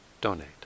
donate